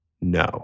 no